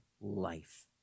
life